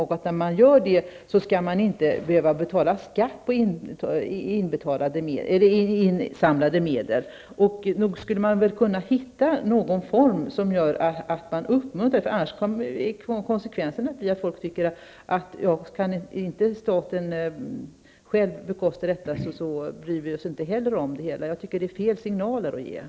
När människor gör det skall de inte behöva betala skatt på insamlade medel. Nog skulle det väl gå att finna någon form att uppmuntra sådant. Annars blir konsekvenserna att människor tänker, att om inte staten kan bekosta dessa saker bekymrar människorna sig inte heller om dem. Jag tycker att det är att ge fel signaler.